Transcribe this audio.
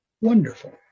Wonderful